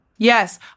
Yes